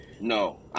No